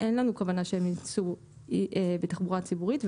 אין לנו כוונה שהם ייסעו בתחבורה ציבורית.